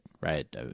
right